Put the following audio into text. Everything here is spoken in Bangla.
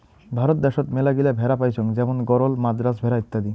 ভারত দ্যাশোত মেলাগিলা ভেড়া পাইচুঙ যেমন গরল, মাদ্রাজ ভেড়া ইত্যাদি